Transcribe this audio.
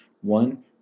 One